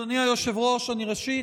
אדוני היושב-ראש, ראשית,